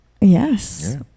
Yes